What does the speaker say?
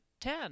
ten